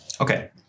Okay